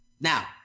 Now